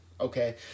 okay